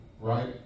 right